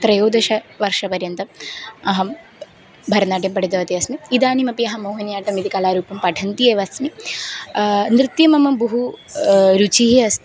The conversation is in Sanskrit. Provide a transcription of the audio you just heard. त्रयोदशवर्षपर्यन्तम् अहं भरतनाट्यं पठितवती अस्मि इदानीमपि अहं मोहनी आट्टम् इति कलारूपं पठन्ती एव अस्मि नृत्यं मम बहु रुचिः अस्ति